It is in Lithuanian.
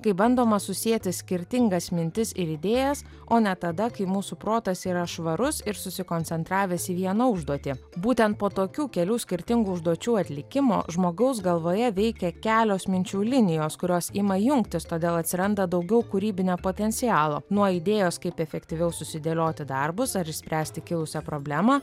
kai bandoma susieti skirtingas mintis ir idėjas o ne tada kai mūsų protas yra švarus ir susikoncentravęs į vieną užduotį būtent po tokių kelių skirtingų užduočių atlikimo žmogaus galvoje veikia kelios minčių linijos kurios ima jungtis todėl atsiranda daugiau kūrybinio potencialo nuo idėjos kaip efektyviau susidėlioti darbus ar išspręsti kilusią problemą